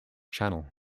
channel